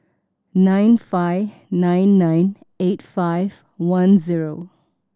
nine five nine nine eight five one zero